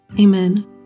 Amen